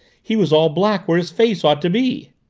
he was all black where his face ought to be.